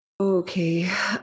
Okay